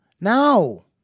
No